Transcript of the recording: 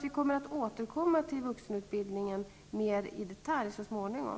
Vi får återkomma till vuxenutbildningen mer i detalj så småningom.